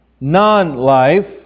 non-life